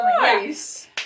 Nice